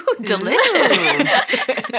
Delicious